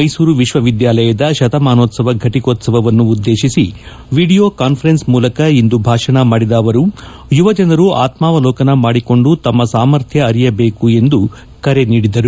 ಮೈಸೂರು ವಿಶ್ವವಿದ್ಯಾಲಯದ ಶತಮಾನೋತ್ಸವ ಘಟಕೋತ್ಸವನ್ನುದ್ದೇತಿಸಿ ವಿಡಿಯೋ ಕಾನ್ಫರೆನ್ಸ್ ಮೂಲಕ ಇಂದು ಭಾಷಣ ಮಾಡಿದ ಅವರು ಯುವಜನರು ಆತ್ಸಾವಲೋಕನ ಮಾಡಿಕೊಂಡು ತಮ್ಮ ಸಾಮರ್ಥ್ಯ ಅರಿಯಬೇಕು ಎಂದು ಕರೆ ನೀಡಿದರು